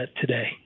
today